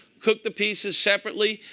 cook the pieces separately.